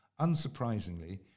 unsurprisingly